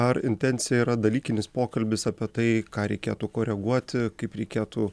ar intencija yra dalykinis pokalbis apie tai ką reikėtų koreguoti kaip reikėtų